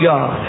God